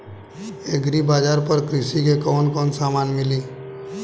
Agri बाजार पर कृषि के कवन कवन समान मिली?